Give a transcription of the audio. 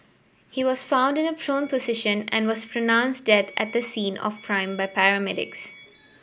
he was found in a prone position and was pronounced dead at the scene of prime by paramedics